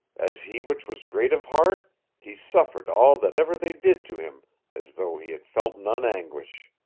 as he which was great of heart he suffered all that ever they did to him as though he had felt none anguish.